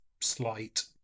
slight